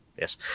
Yes